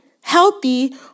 healthy